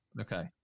Okay